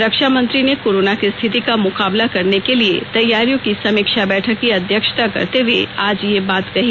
रक्षा मंत्री ने कोरोना की स्थिति का मुकाबला करने के लिए तैयारियों की समीक्षा बैठक की अध्यक्षता करते हुए आज यह बात कही